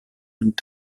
und